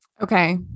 Okay